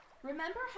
Remember